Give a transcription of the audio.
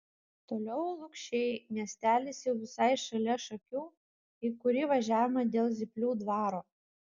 toliau lukšiai miestelis jau visai šalia šakių į kurį važiavome dėl zyplių dvaro